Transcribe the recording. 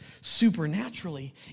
supernaturally